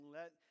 let